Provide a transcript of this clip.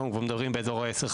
אנחנו מדברים כבר באזור העשר,